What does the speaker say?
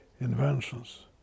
inventions